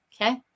Okay